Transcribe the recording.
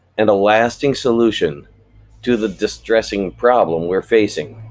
and a lasting solution to the distressing problem we are facing.